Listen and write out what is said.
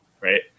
right